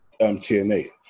TNA